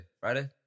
Friday